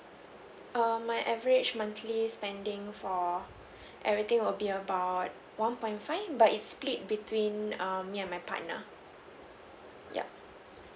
um my average monthly spending for everything would be about one point five but it's split between um me and my partner yup